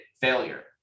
failure